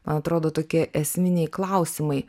man atrodo tokie esminiai klausimai